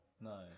No